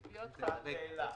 מכאן ואילך.